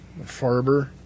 Farber